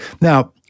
now